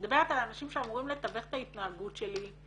אני מדברת על האנשים שאמורים לתווך את ההתנהגות שלי,